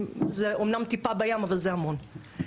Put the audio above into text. זה אמנם טיפה בים, אבל זה המון.